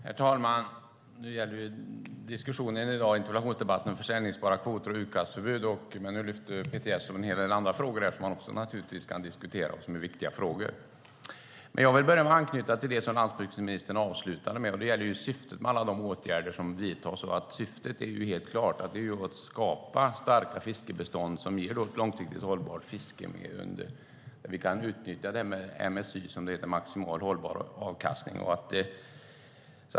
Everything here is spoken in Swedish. Herr talman! I dag gäller debatten interpellationen om säljbara kvoter och utkastförbud. Nu lyfter Peter Jeppsson upp en hel del andra viktiga frågor som också kan diskuteras. Jag vill börja med att anknyta till det som landsbygdsministern avslutade med. Det gäller syftet med alla de åtgärder som vidtas. Syftet är helt klart att skapa starka fiskebestånd som ger ett långsiktigt hållbart fiske där vi kan utnyttja MSY, maximal hållbar avkastning.